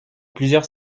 plusieurs